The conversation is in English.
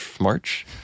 March